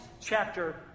chapter